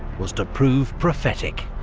was to prove prophetic,